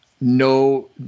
no